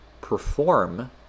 perform